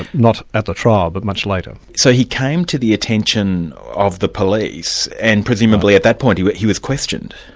not at the trial, but much later. so he came to the attention of the police and presumably at that point he but he was questioned?